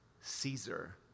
Caesar